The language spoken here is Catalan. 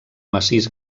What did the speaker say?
massís